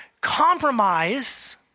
Compromise